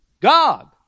God